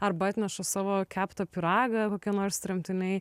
arba atneša savo keptą pyragą kokie nors tremtiniai